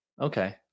Okay